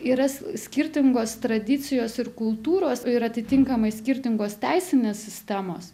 yra skirtingos tradicijos ir kultūros ir atitinkamai skirtingos teisinės sistemos